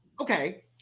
okay